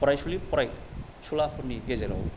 फरायसुलि फरायसुलाफोरनि गेजेराव